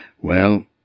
Well